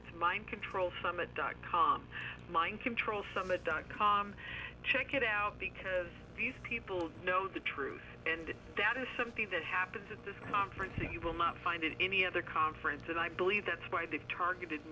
it's mind control summit dot com mind control summit dot com check it out because these people know the truth and that is something that happens at this conference that you will not find in any other conference and i believe that's why they've targeted